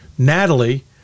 Natalie